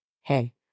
hey